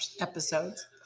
episodes